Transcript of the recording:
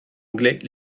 anglais